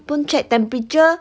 pun check temperature